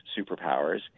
superpowers